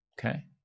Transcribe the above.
okay